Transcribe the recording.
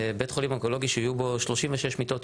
בית חולים אונקולוגי שיש בו 36 אשפוז